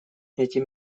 эти